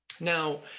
Now